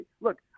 Look